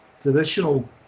traditional